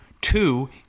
two